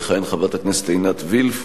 תכהן חברת הכנסת עינת וילף,